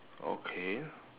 okay